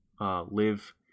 live